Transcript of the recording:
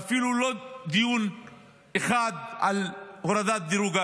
ואפילו לא דיון אחד על הורדת דירוג האשראי.